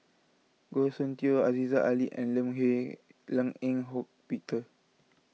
Goh Soon Tioe Aziza Ali and Lim Lim Eng Hock Peter